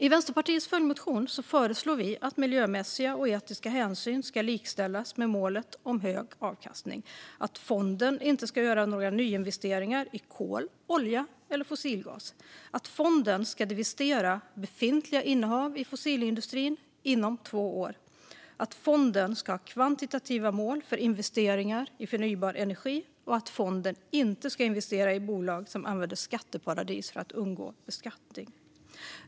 I Vänsterpartiets följdmotion föreslår vi att miljömässiga och etiska hänsyn ska likställas med målet om hög avkastning, att fonden inte ska göra några nyinvesteringar i kol, olja eller fossilgas, att fonden ska divestera befintliga innehav i fossilindustrin inom två år, att fonden ska ha kvantitativa mål för investeringar i förnybar energi och att fonden inte ska investera i bolag som använder skatteparadis för att undgå beskattning.